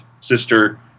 sister